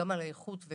על האיכות,